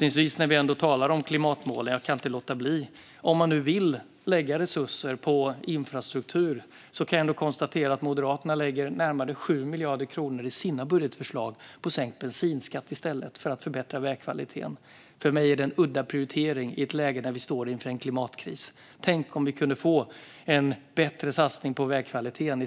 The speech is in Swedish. När vi ändå talar om klimatmålen kan jag inte låta bli att ta upp följande. Om man vill lägga resurser på infrastruktur kan jag konstatera att Moderaterna lägger närmare 7 miljarder kronor i sina budgetförslag på sänkt bensinskatt i stället för att förbättra vägkvaliteten. För mig är det en udda prioritering i ett läge när vi står inför en klimatkris. Tänk om vi kunde få en bättre satsning på vägkvaliteten i